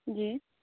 جی